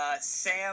Sam